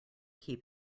keep